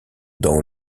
dans